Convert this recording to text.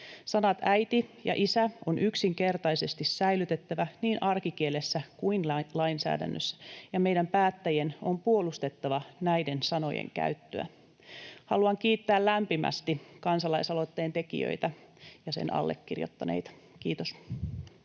Sanat ”äiti” ja ”isä” on yksinkertaisesti säilytettävä niin arkikielessä kuin lainsäädännössä, ja meidän päättäjien on puolustettava näiden sanojen käyttöä. Haluan kiittää lämpimästi kansalaisaloitteen tekijöitä ja sen allekirjoittaneita. — Kiitos.